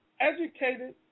educated